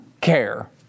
care